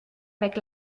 avec